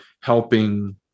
helping